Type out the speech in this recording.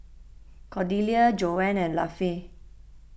Cordelia Joann and Lafe